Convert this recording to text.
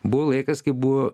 buvo laikas kai buvo